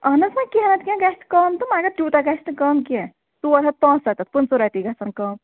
اَہَن حظ نہَ کیٚنٛہہ نَتہٕ کیٚنٛہہ گَژھِ کَم تہٕ مگر تیٛوٗتاہ گَژھِ نہٕ کَم کیٚنٛہہ ژور ہتھ پانٛژسَتتھ پٕنٛژٕہ رۄپیہِ گَژھن کَم